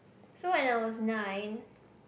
so when I was nine